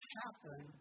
happen